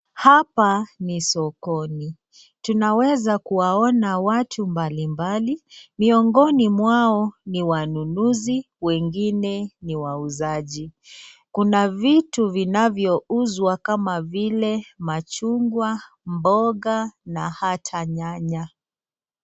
Hapa ni sokoni. Tunaweza kuwaona watu mbalimbali. Miongoni mwao ni wanunuzi, wengine ni wauzaji. Kuna vitu vinavyouzwa kama vile: machungwa, mboga na hata nyanya.